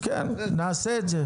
כן, נעשה את זה.